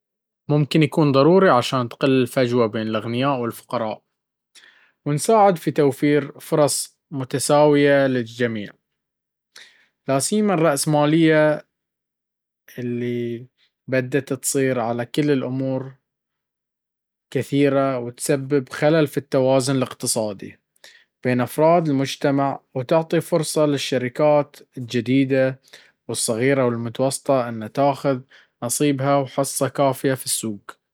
ممكن يكون ضروري عشان نقلل الفجوة بين الأغنياء والفقراء، ونساعد في توفير فرص متساوية للجميع, لاسيما الرأس مالية اللي بدت اتصيطر على أمور كثيرة وتسبب خلل في التوازن الإقتصادي بين أفراد المجتمع وتعطي فرصة للشركات الجديد والصغيرة والمتوسطة انه تأخذ نصيبها وحصة كافية في السوق.